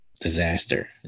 disaster